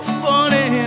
funny